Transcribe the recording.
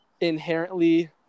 inherently